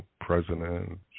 president